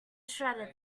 shredded